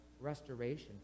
restoration